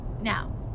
now